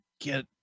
get